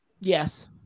Yes